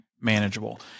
manageable